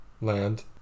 land